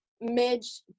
Midge